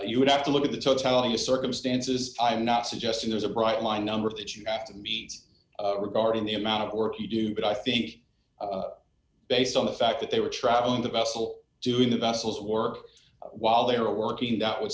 would have to look at the totality of circumstances i'm not suggesting there's a bright line number of that you have to be regarding the amount or if you do but i think based on the fact that they were traveling the bessel doing the vessels work while they are working that was